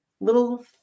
little